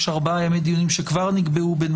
יש ארבעה ימי דיונים שכבר נקבעו.